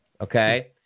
Okay